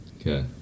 okay